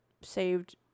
saved